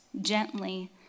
gently